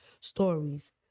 stories